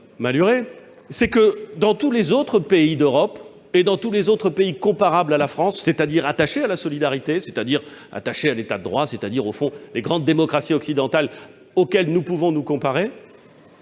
c'est que, dans tous les autres pays d'Europe et dans tous les autres pays comparables à la France, c'est-à-dire ceux qui sont attachés à la solidarité et à l'État de droit- au fond, les grandes démocraties occidentales auxquelles nous pouvons nous comparer